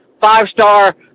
Five-star